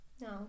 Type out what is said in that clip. No